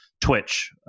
twitch